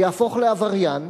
יהפוך לעבריין,